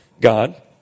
God